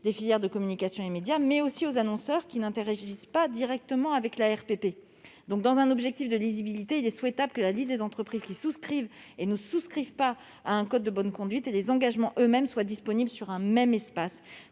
des filières de communication et médias, mais aussi aux annonceurs qui n'interagissent pas directement avec l'ARPP. Dans un objectif de lisibilité, il est donc souhaitable que la liste des entreprises qui souscrivent et ne souscrivent pas à un code de bonne conduite et les engagements eux-mêmes soient disponibles sur un même espace.